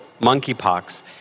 monkeypox